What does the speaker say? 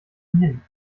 umhin